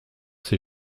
ses